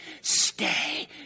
stay